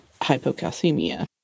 hypocalcemia